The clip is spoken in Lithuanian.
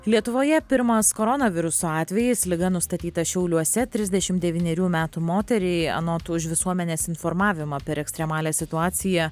lietuvoje pirmas koronaviruso atvejis liga nustatyta šiauliuose trisdešimt devynerių metų moteriai anot už visuomenės informavimą per ekstremalią situaciją